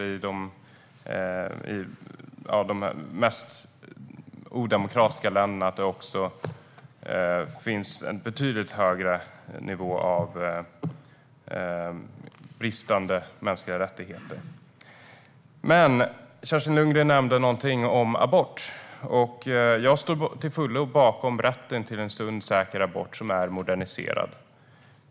Vi ser att de mest odemokratiska länderna också har en betydligt högre nivå av bristande mänskliga rättigheter. Men Kerstin Lundgren nämnde någonting om abort. Jag står till fullo bakom rätten till sund och säker abort som är moderniserad.